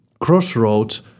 crossroads